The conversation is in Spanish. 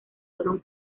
fueron